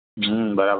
હમ બરાબર